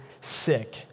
sick